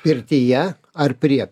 pirtyje ar prie